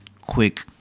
quick